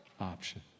option